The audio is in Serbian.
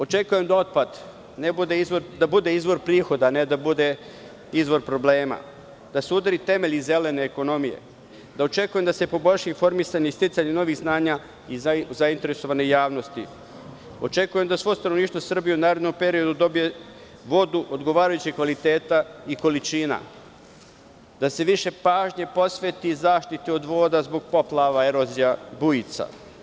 Očekujem da otpad bude izvor prihoda, a ne da bude izvor problema; da se udare temelji zelene ekonomije; da se poboljša informisanje i sticanje novih znanja i zainteresovane javnosti; da svo stanovništvo Srbije u narednom periodu dobije vodu odgovarajućeg kvaliteta i količina; da se više pažnje posveti zaštiti od voda zbog poplava, erozija, bujica.